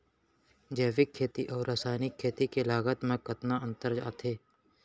जैविक खेती अऊ रसायनिक खेती के लागत मा कतना अंतर आथे?